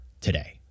today